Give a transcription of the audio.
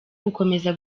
gukomeza